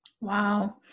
Wow